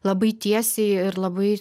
labai tiesiai ir labai